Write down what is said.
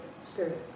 spirit